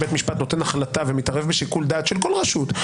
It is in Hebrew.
בית משפט נותן החלטה ומתערב בשיקול דעת של כל רשות,